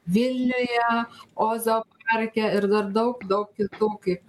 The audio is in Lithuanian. vilniuje ozo parke ir dar daug daug kitų kaip